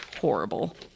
horrible